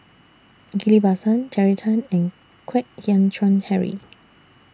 Ghillie BaSan Terry Tan and Kwek Hian Chuan Henry